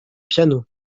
piano